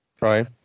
right